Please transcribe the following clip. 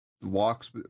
locks